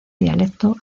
dialecto